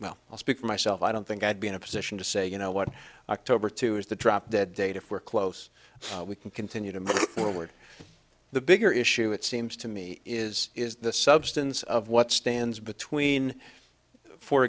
well i'll speak for myself i don't think i'd be in a position to say you know what october two is the drop dead date if we're close we can continue to move forward the bigger issue it seems to me is is the substance of what stands between for